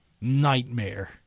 nightmare